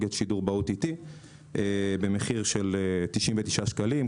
טכנולוגיית שידור ב-OTT במחיר של 99 שקלים,